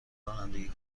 رانندگی